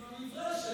הוא עם המברשת